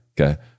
okay